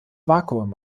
vakuum